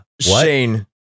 Shane